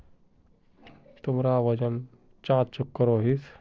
तुमरा वजन चाँ करोहिस?